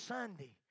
Sunday